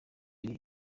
ibiri